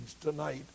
tonight